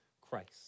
Christ